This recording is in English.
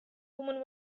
woman